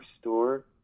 store